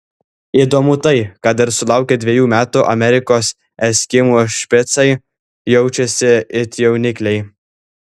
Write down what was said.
įdomu tai kad ir sulaukę dviejų metų amerikos eskimų špicai jaučiasi it jaunikliai